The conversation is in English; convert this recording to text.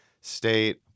State